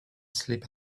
sleep